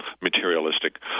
materialistic